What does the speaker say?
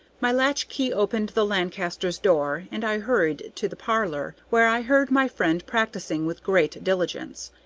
my latch-key opened the lancasters' door, and i hurried to the parlor, where i heard my friend practising with great diligence.